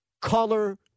color